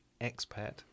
expat